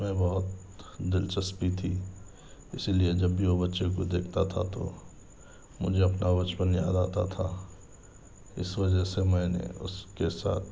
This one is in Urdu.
میں بہت دلچسپی تھی اسی لئے جب بھی وہ بچے کو دیکھتا تھا تو مجھے اپنا بچپن یاد آتا تھا اس وجہ سے میں نے اس کے ساتھ